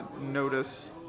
notice